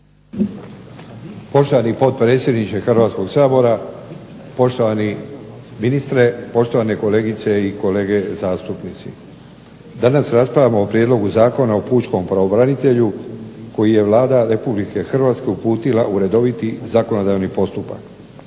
Poštovani potpredsjedniče Hrvatskog sabora, poštovani ministre, poštovane kolegice i kolege zastupnici. Danas raspravljamo o prijedlogu Zakona o pučkom pravobranitelju koji je Vlada Republike Hrvatske uputila u redoviti zakonodavni postupak.